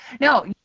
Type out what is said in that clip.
no